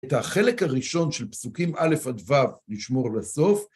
את החלק הראשון של פסוקים א' עד ו', נשמור לסוף.